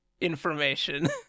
information